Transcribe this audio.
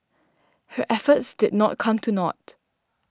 her efforts did not come to naught